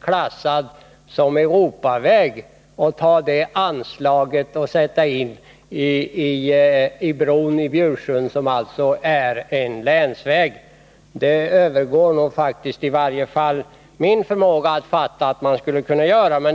klassad som Europaväg, och använda det anslaget till bron vid Bjursund. Den vägen betecknas nu som länsväg. Det övergår i varje fall min förmåga att fatta att man kan göra så.